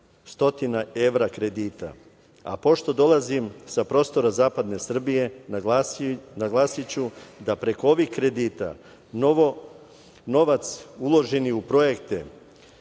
evra kredita. Pošto dolazim sa prostora zapadne Srbije, naglasiću da preko ovih kredita novac uložen u projekte,